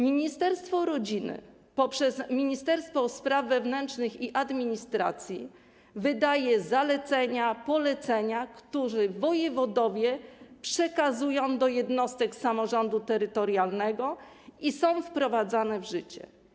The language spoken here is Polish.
Ministerstwo rodziny poprzez Ministerstwo Spraw Wewnętrznych i Administracji wydaje zalecenia, polecenia, które wojewodowie przekazują do jednostek samorządu terytorialnego, i są one wprowadzane w życie.